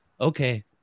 okay